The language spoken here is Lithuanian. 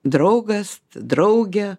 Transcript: draugas draugė